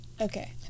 okay